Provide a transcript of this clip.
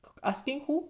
asking who